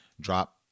drop